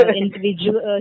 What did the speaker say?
individual